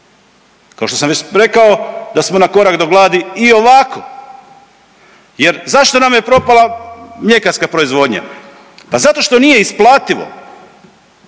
kao što sam već rekao da smo na korak do gladi i ovako jer zašto nam je propala mljekarska proizvodnja? Pa zato što nije isplativo,